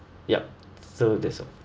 yup so that's all